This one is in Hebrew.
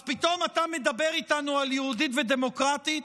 אז פתאום אתה מדבר איתנו על "יהודית ודמוקרטית"?